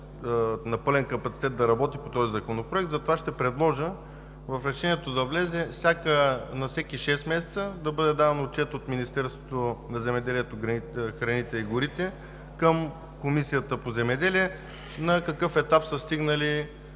на пълен капацитет да работи по този законопроект. Затова ще предложа в решението да влезе на всеки шест месеца да бъде даван отчет от Министерството на земеделието, храните и горите към Комисията по земеделие на какъв етап са стигнали